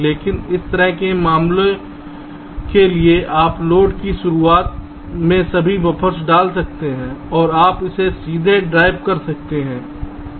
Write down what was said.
लेकिन इस तरह के मामलों के लिए आप लोड की शुरुआत में सभी बफ़र्स डाल सकते हैं और आप इसे सीधे ड्राइव कर सकते हैं